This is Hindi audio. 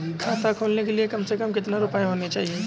खाता खोलने के लिए कम से कम कितना रूपए होने चाहिए?